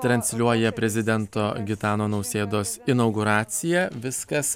transliuoja prezidento gitano nausėdos inauguraciją viskas